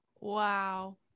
Wow